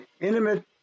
intimate